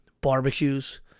barbecues